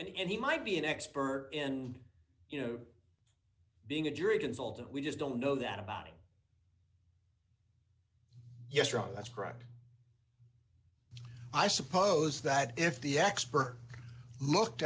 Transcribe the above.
l and he might be an expert in you know being a jury consultant we just don't know that about him yes ron that's correct i suppose that if the experts looked